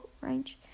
range